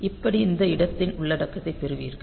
இப்படி இந்த இடத்தின் உள்ளடக்கத்தைப் பெறுவீர்கள்